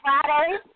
Friday